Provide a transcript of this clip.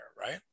right